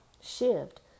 shift